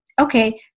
okay